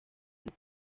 cup